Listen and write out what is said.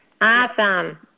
Awesome